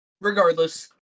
Regardless